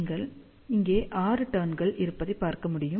நீங்கள் இங்கே 6 டர்ன் கள் இருப்பதைப் பார்க்க முடிகிறது